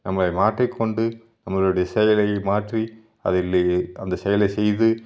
நம்மை மாற்றிக்கொண்டு நம்மளுடைய செயலை மாற்றி அதில் அந்த செயலை செய்து